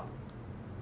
do you have TikTok